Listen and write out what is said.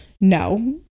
No